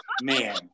man